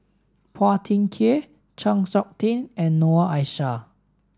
Phua Thin Kiay Chng Seok Tin and Noor Aishah